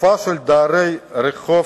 התופעה של דרי רחוב,